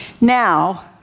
Now